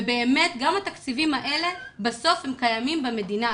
ובאמת, גם התקציבים האלה בסוף קיימים במדינה.